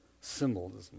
symbolism